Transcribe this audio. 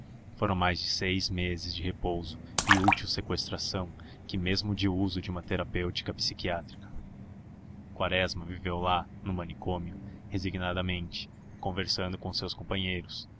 foram mais seis meses de repouso e útil seqüestração que mesmo de uso de uma terapêutica psiquiátrica quaresma viveu lá no manicômio resignadamente conversando com os seus companheiros